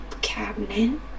cabinet